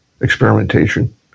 experimentation